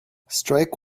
strike